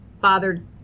bothered